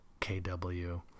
KW